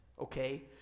okay